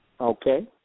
Okay